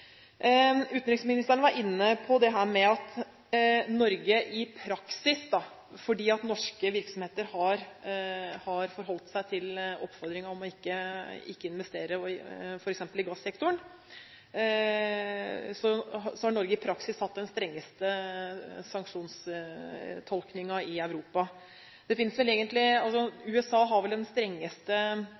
Utenriksministeren var inne på dette at Norge i praksis – for norske virksomheter har forholdt seg til oppfordringen om ikke å investere f.eks. i gassektoren – har hatt den strengeste sanksjonstolkningen i Europa. USA har vel det strengeste